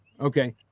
Okay